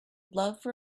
love